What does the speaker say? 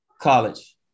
College